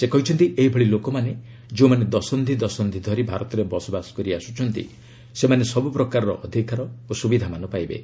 ସେ କହିଛନ୍ତି ଏହିଭଳି ଲୋକମାନେ ଯେଉଁମାନେ ଦଶନ୍ଧି ଦଶନ୍ଧି ଧରି ଭାରତରେ ବାସ କରି ଆସୁଛନ୍ତି ସେମାନେ ସବୁପ୍ରକାରର ଅଧିକାର ଓ ସୁବିଧାମାନ ପାଇବେ